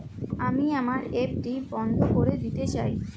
আমি আমার এফ.ডি বন্ধ করে দিতে চাই